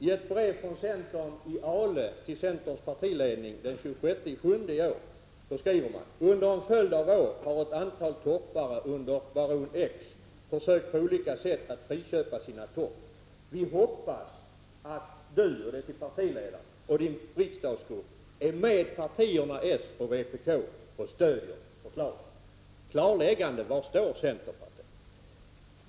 I ett brev från centern i Ale till centerns partiledning den 26 juli i år skriver man: Under en följd av år har ett antal torpare under baron X försökt på olika sätt friköpa sina torp. Vi hoppas att du och din riksdagsgrupp är med partierna s och vpk och stöder förslaget. Det behövs ett klarläggande: Var står centerpartiet?